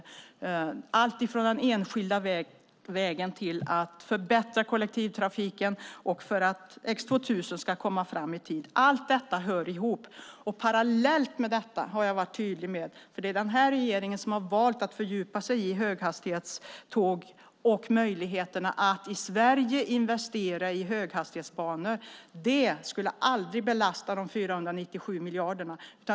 Det är alltifrån den enskilda vägen till att man förbättrar kollektivtrafiken och för att X 2000 ska komma fram i tid. Allt detta hör ihop. Det är den här regeringen som har valt att fördjupa sig i höghastighetståg och möjligheterna att i Sverige investera i höghastighetsbanor. Jag har varit tydlig med att det aldrig skulle belasta de 497 miljarderna.